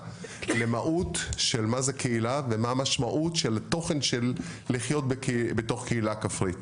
למהות של מה זה קהילה ומה משמעות של תוכן של לחיות בתוך קהילה כפרית?